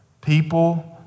People